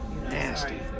nasty